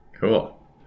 Cool